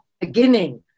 beginning